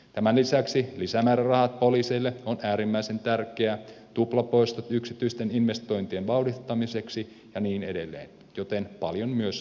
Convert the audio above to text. tämän lisäksi lisämäärärahat poliiseille ovat äärimmäisen tärkeät tuplapoistot yksityisten investointien vauhdittamiseksi ja niin edelleen joten paljon myös on tehty